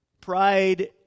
Pride